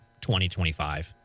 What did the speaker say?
2025